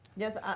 yes,